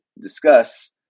discuss